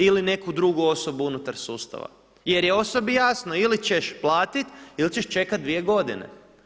Ili neku drugu osobu unutar sustava jer je osobi jasno, ili ćeš platiti ili ćeš čekati dvije godine.